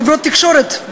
חברות תקשורת,